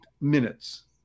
minutes